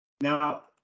now